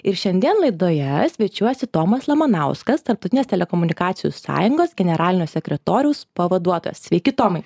ir šiandien laidoje svečiuojasi tomas lamanauskas tarptautinės telekomunikacijų sąjungos generalinio sekretoriaus pavaduotojas sveiki tomai